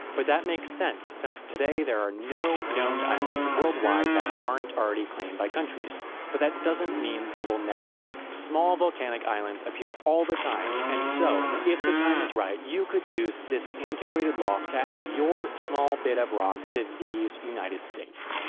but that makes sense since today there are no known islands worldwide that aren't already claimed by countries but that doesn't mean there will never be. small volcanic islands appear all the time and so, if the time right, you could use this antiquated law to add your small bit of rock to these united states.